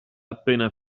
appena